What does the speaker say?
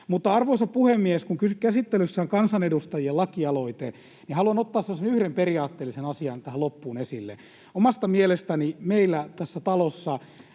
Arvoisa puhemies! Kun käsittelyssä on kansanedustajien lakialoite, haluan ottaa yhden periaatteellisen asian tähän loppuun esille: Omasta mielestäni meillä tässä talossa